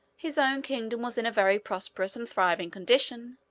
his own kingdom was in a very prosperous and thriving condition,